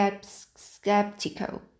Skeptical